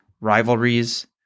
rivalries